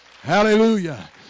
Hallelujah